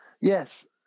yes